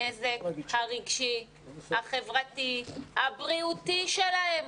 הנזק הרגשי, החברתי, הבריאותי שלהם.